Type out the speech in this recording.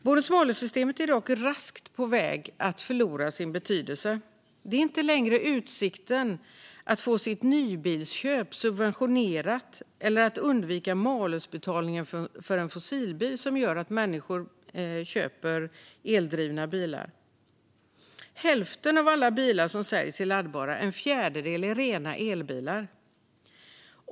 Bonus malus-systemet är dock raskt på väg att förlora sin betydelse. Det är inte längre utsikten att få sitt nybilsköp subventionerat eller att undvika malusbetalningen för en fossilbil som gör att människor köper eldrivna bilar. Hälften av alla bilar som säljs är laddbara, och en fjärdedel är rena elbilar.